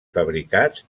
fabricats